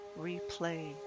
Replay